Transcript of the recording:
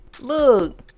look